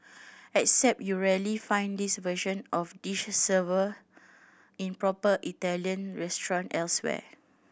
except you'll rarely find this version of dish served in proper Italian restaurant elsewhere